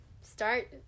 start